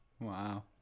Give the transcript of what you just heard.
Wow